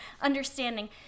understanding